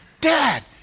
Dad